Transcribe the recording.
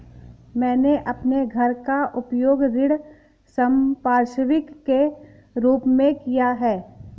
मैंने अपने घर का उपयोग ऋण संपार्श्विक के रूप में किया है